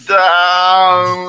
down